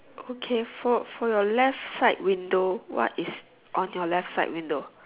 okay for for your left side window what is on your left side window